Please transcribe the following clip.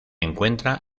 encuentra